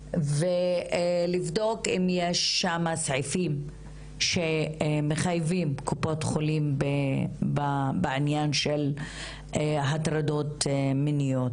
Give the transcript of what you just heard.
ולבדוק אם יש שם סעיפים שמחייבים קופות חולים בעניין של הטרדות מיניות.